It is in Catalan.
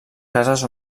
cases